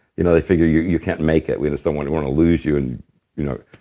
you know, they figure, you you can't make it. we don't want to want to lose you, and you know,